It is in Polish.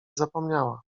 zapomniała